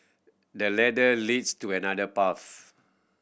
the ladder leads to another path